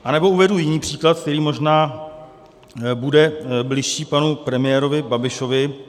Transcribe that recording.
Anebo uvedu jiný příklad, který možná bude bližší panu premiérovi Babišovi.